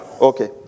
Okay